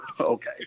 okay